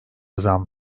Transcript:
zam